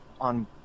on